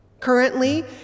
Currently